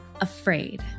afraid